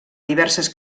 diverses